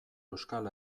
euskal